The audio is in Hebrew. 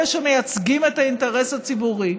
אלה שמייצגים את האינטרס הציבורי,